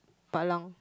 Pak-Lang